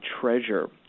treasure